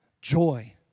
joy